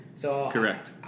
Correct